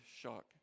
shock